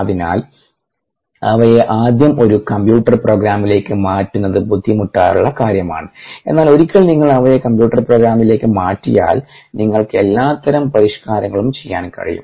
അതിനാൽ അവയെ ആദ്യം ഒരു കമ്പ്യൂട്ടർ പ്രോഗ്രാമിലേക്ക് മാറ്റുന്നത് ബുദ്ധിമുട്ടുള്ള കാര്യമാണ് എന്നാൽ ഒരിക്കൽ നിങ്ങൾ അവയെ കമ്പ്യൂട്ടർ പ്രോഗ്രാമിലേക്ക് മാറ്റിയാൽ നിങ്ങൾക്ക് എല്ലാത്തരം പരിഷ്കാരങ്ങളും ചെയ്യാൻ കഴിയും